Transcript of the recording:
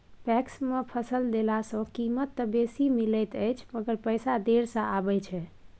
PACS मे फसल देला सॅ कीमत त बेसी मिलैत अछि मगर पैसा देर से आबय छै